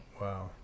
Wow